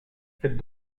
faites